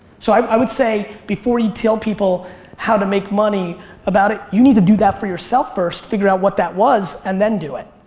so i would say, before you tell people how to make money about it, you need to do that for yourself first. figure out what that was and then do it.